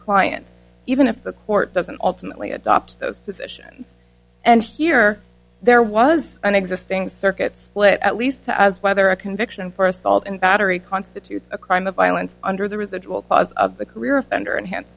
client even if the court doesn't ultimately adopt those position and here there was an existing circuit split at least to as whether a conviction for assault and battery constitutes a crime of violence under the residual pas of the career offender and hence